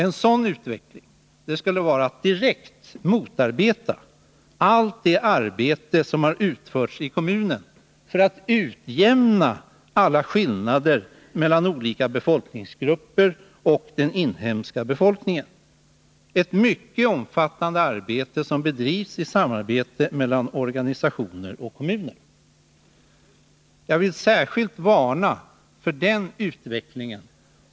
En sådan utveckling skulle vara att direkt motarbeta allt det arbete som har utförts i kommunen för att utjämna skillnaderna mellan olika invandrargrupper och den inhemska befolkningen, ett mycket omfattande arbete som bedrivits i samarbete mellan olika organisationer och kommunen. Jag vill särskilt varna för den utvecklingen.